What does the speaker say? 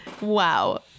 Wow